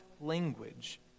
language